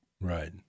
Right